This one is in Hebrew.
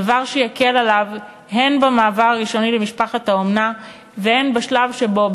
דבר שיקל עליו הן במעבר הראשוני למשפחת האומנה והן בשלב שבו,